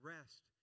Rest